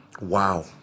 Wow